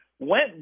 went